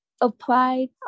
applied